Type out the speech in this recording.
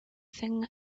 thing